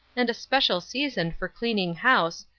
and a special season for cleaning house,